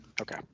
Okay